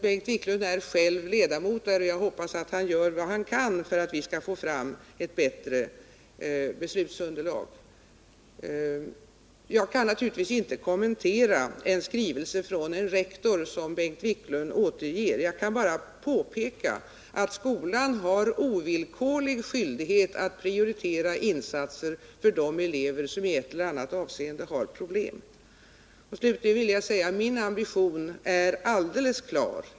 Bengt Wiklund är själv ledamot av den, och jag hoppas att han gör vad han kan för att vi skall få fram ett bättre beslutsunderlag. Jag kan naturligtvis inte kommentera en skrivelse från en rektor som Bengt Wiklund återger. Jag kan bara påpeka att skolan har en ovillkorlig skyldighet att prioritera insatser för de elever som i ett eller annat avseende har problem. Slutligen vill jag säga: Min ambition är alldeles klar.